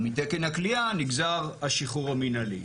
ומתקן הכליאה נגזר השחרור המנהלי.